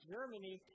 Germany